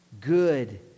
good